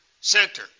center